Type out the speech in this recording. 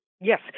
Yes